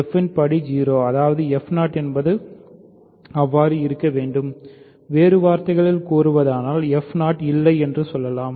f இன் படி 0 அதாவது f0 என்பதும் அவ்வாறு இருக்க வேண்டும் வேறு வார்த்தைகளில் கூறுவதானால் இல்லை என்று சொல்லலாம்